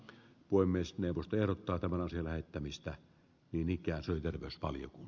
puhemiesneuvosto erottaa tämän asian lähettämistä niin ikään syytä myös paljon kun